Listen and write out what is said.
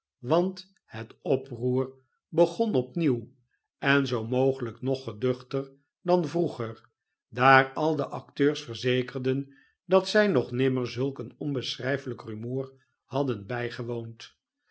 want het oproer begon opnieuw en zoo mogelijk nog geduchter dan vroeger daar al de acteurs verzekerden dat zij nog nimmer zulk een onbeschrijfelijk rumoer hadden bijgewoond